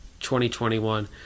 2021